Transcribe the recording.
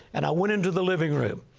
and i went into the living room.